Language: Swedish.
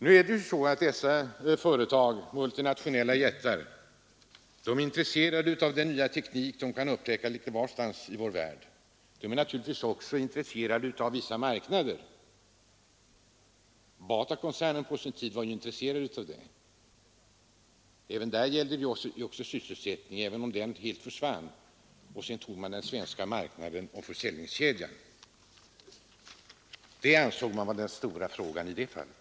Nu är det ju så att dessa multinationella jättar är intresserade av den nya teknik de kan upptäcka litet varstans i vår värld. De är naturligtvis också intresserade av vissa marknader. Batakoncernen var ju på sin tid intresserad härav — också där gällde det sysselsättningen, även om den helt försvann. Sedan tog man den franska marknaden och försäljningskedjan. Det ansåg man vara den stora frågan i det fallet.